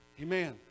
Amen